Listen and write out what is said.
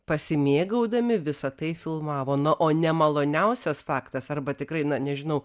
pasimėgaudami visa tai filmavo na o nemaloniausias faktas arba tikrai na nežinau